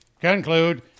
Conclude